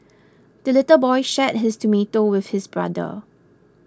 the little boy shared his tomato with his brother